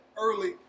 early